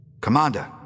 Commander